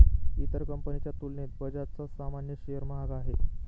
इतर कंपनीच्या तुलनेत बजाजचा सामान्य शेअर महाग आहे